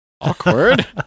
awkward